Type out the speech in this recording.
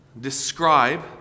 describe